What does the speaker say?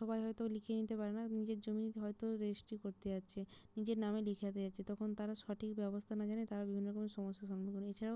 সবাই হয়তো লিখিয়ে নিতে পারে না নিজের জমি হয়তো রেজিস্ট্রি করতে যাচ্ছে নিজের নামে লিখাতে যাচ্ছে তখন তারা সঠিক ব্যবস্থা না জেনে তারা বিভিন্ন রকম সমস্যার সম্মুখীন হয় এছাড়াও